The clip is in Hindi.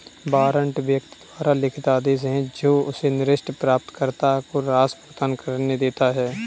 वारंट व्यक्ति द्वारा लिखित आदेश है जो उसे निर्दिष्ट प्राप्तकर्ता को राशि भुगतान करने देता है